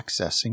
accessing